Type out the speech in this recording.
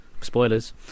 spoilers